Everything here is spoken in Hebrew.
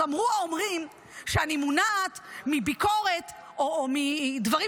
--- אז אמרו האומרים שאני מונעת מביקורת או מדברים